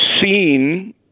seen